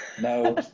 no